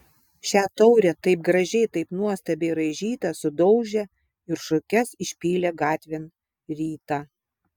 šią taurę taip gražiai taip nuostabiai raižytą sudaužė ir šukes išpylė gatvėn rytą